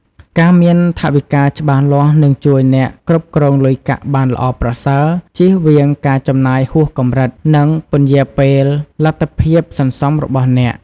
ការមានថវិកាច្បាស់លាស់នឹងជួយអ្នកគ្រប់គ្រងលុយកាក់បានល្អប្រសើរ ជៀសវាងការចំណាយហួសកម្រិត និងពន្យារពេលលទ្ធភាពសន្សំរបស់អ្នក។